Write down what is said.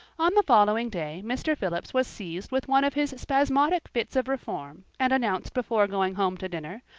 on the following day mr. phillips was seized with one of his spasmodic fits of reform and announced before going home to dinner,